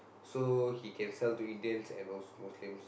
so he can sell to Indians and also Muslim